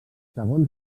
segons